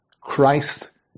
Christ